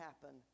happen